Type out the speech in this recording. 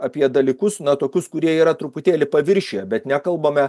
apie dalykus na tokius kurie yra truputėlį paviršiuje bet nekalbame